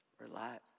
relax